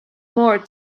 more